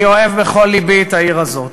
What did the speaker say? אני אוהב בכל לבי את העיר הזאת,